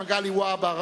מגלי והבה,